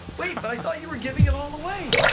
wait, but i thought you were giving it all away?